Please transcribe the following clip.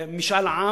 הזאת מדברת על משאל עם